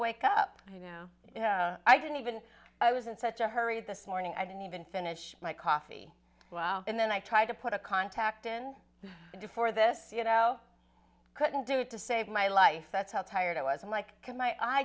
wake up you know i didn't even i was in such a hurry this morning i didn't even finish my coffee wow and then i tried to put a contact in you for this you know couldn't do it to save my life that's how tired i was i'm like ca